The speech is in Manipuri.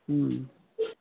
ꯎꯝ